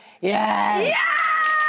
Yes